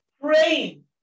praying